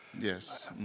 Yes